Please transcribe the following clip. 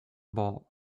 ball